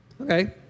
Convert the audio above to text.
Okay